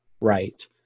right